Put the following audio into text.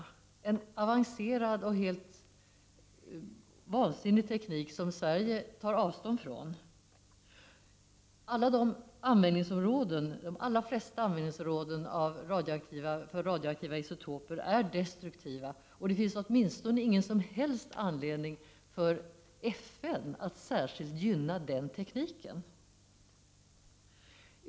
Det är en avancerad och helt vansinnig teknik som Sverige tar avstånd ifrån. De allra flesta användningsområden för radioaktiva isotoper är destruktiva. Det finns ingen som helst anledning för FN att särskilt gynna den tekniken.